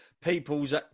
people's